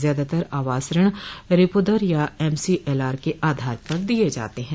ज्यादातर आवास ऋण रेपो दर या एमसीएलआर के आधार पर दिये जाते हैं